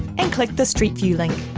and click the street view link.